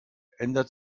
ändert